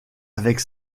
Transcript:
avec